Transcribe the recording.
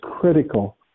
critical